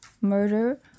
murder